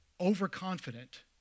overconfident